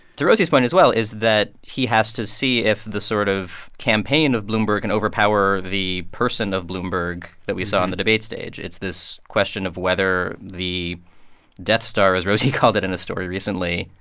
to rosie's point as well is that he has to see if the sort of campaign of bloomberg can overpower the person of bloomberg that we saw on the debate stage. it's this question of whether the death star, as rosie called it in a story recently,